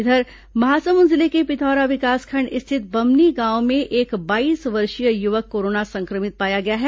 इधर महासमुंद जिले के पिथौरा विकासखंड स्थित बम्हनी गांव में एक बाईस वर्षीय युवक कोरोना संक्रमित पाया गया है